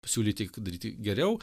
siūlyti daryti geriau